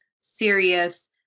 serious